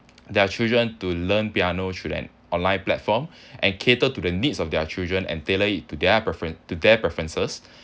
their children to learn piano through that online platform and cater to the needs of their children and tailor it to their preferen~ to their preferences